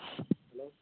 hello